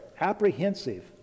apprehensive